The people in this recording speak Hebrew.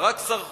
ברק שר חוץ,